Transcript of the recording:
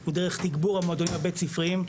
הוא דרך תגבור המועדונים הבית ספריים.